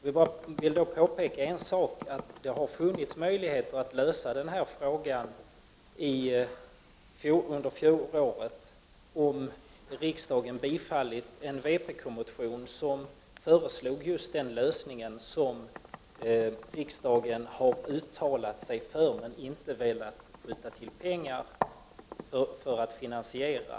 Jag vill dock påpeka en sak: Det hade funnits möjligheter att lösa den här frågan under fjolåret, om riksdagen bifallit en vpk-motion som föreslog just den lösning som riksdagen har uttalat sig för men inte velat skjuta till pengar för att finansiera.